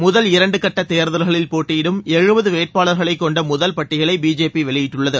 முதல் இரண்டு கட்ட தேர்தல்களில் போட்டியிடும் எழுபது வேட்பாளர்களைக் கொண்ட முதல் பட்டியலை பிஜேபி வெளியிட்டுள்ளது